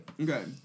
Okay